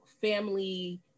family